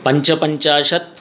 पञ्चपञ्चाशत्